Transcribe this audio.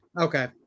Okay